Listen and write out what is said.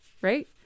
right